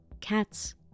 Cats